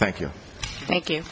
thank you thank you